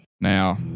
Now